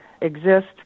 exist